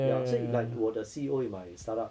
ya 所以 like 我的 C_E_O in my startup